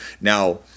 Now